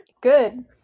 Good